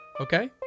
Okay